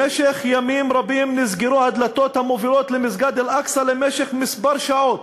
במשך ימים רבים נסגרו הדלתות המובילות למסגד אל-אקצא למשך כמה שעות,